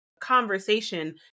conversation